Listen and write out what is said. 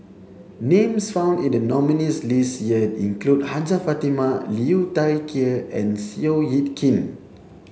names found in the nominees' list year include Hajjah Fatimah Liu Thai Ker and Seow Yit Kin